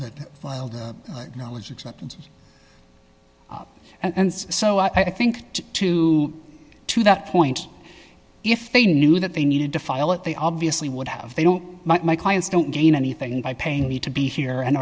that filed knowledge acceptance of and so i think too to that point if they knew that they needed to file it they obviously would have they don't my clients don't gain anything by paying me to be here and